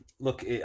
Look